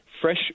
Fresh